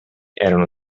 erano